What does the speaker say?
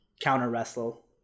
counter-wrestle